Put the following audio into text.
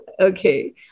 Okay